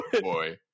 boy